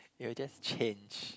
it will just change